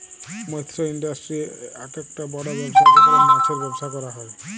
মৎস ইন্ডাস্ট্রি আককটা বড় ব্যবসা যেখালে মাছের ব্যবসা ক্যরা হ্যয়